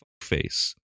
face